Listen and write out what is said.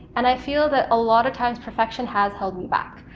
and i feel that a lot of times perfection has held me back.